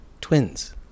twins